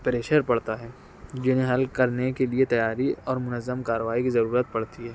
pressure پڑتا ہے جنہیں حل کرنے کے لیے تیاری اور منظم کاروائی کی ضرورت پڑتی ہے